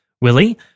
Willie